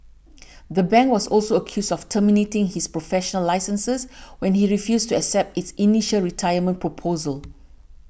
the bank was also accused of terminating his professional licenses when he refused to accept its initial retirement proposal